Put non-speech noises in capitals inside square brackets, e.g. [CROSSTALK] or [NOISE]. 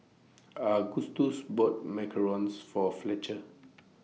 [NOISE] Agustus bought Macarons For Fletcher